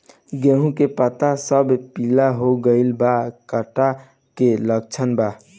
गेहूं के पता सब पीला हो गइल बा कट्ठा के लक्षण बा?